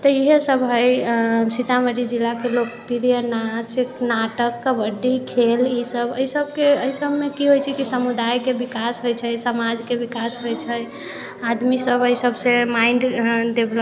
तऽ इएह सभ हय अऽ सीतामढ़ी जिलाके लोकप्रिय नाच नाटक कबड्डी खेल ई सभ अय सभके अय सभमे की होइ छै कि समुदायके विकास होइ छै समाजके विकास होइ छै आदमी सभ अय सभसँ माइण्ड अऽ डेवलप